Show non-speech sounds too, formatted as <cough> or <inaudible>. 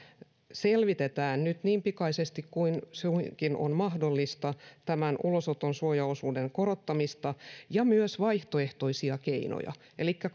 selvitetään nyt niin pikaisesti kuin suinkin on mahdollista ulosoton suojaosuuden korottamista ja myös vaihtoehtoisia keinoja elikkä <unintelligible>